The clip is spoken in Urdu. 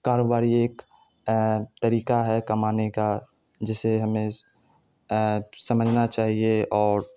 کاروباری ایک طریقہ ہے کمانے کا جسے ہمیں سمجھنا چاہیے اور